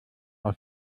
aus